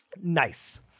Nice